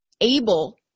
able